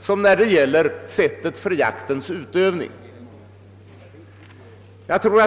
som när det gäller sättet för jaktens utövande.